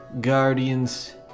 guardians